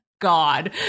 God